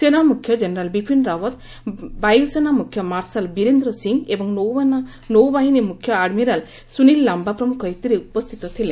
ସେନା ମୁଖ୍ୟ ଜେନେରାଲ୍ ବିପିନ୍ ରାଓତ୍ ବାୟୁସେନା ମୁଖ୍ୟ ମାର୍ଶାଲ୍ ବିରେନ୍ଦ୍ର ସସିଂ ଏବଂ ନୌବାହିନୀ ମୁଖ୍ୟ ଆଡ୍ମିରାଲ୍ ସୁନିଲ୍ ଲାମ୍ବା ପ୍ରମୁଖ ଏଥିରେ ଉପସ୍ଥିତ ଥିଲେ